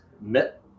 met